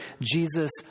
Jesus